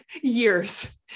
years